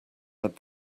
had